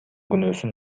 күнөөсүн